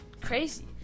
crazy